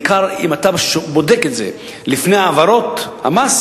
בעיקר אם אתה בודק את זה לפני העברות המס,